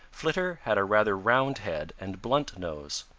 flitter had a rather round head and blunt nose.